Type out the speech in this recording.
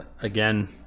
again